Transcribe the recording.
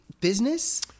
business